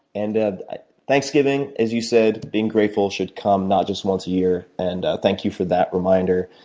and ah thanksgiving, as you said, being grateful should come not just once a year, and thank you for that reminder.